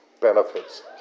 benefits